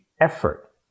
effort